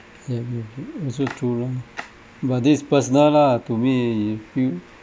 ya ya ya also true lah but this is personal lah to me it feel